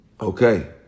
Okay